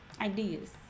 ideas